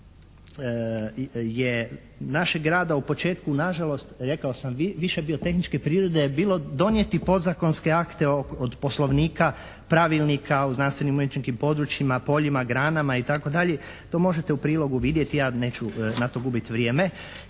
našeg rada u početku na žalost rekao sam, više bio tehničke prirode je bilo donijeti podzakonske akte od poslovnika, pravilnika u znanstvenim nekim područjima, poljima, granama itd. to možete u prilogu vidjeti, ja neću na to gubiti vrijeme.